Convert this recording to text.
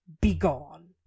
begone